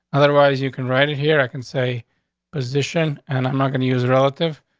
otherwise, you can write it here. i can say position, and i'm not going to use a relative.